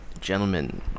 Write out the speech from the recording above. gentlemen